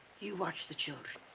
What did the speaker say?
you watch the children.